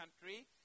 country